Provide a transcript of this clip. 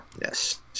Yes